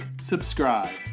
subscribe